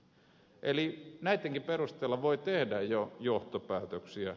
eli näittenkin perusteella voi tehdä jo johtopäätöksiä